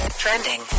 Trending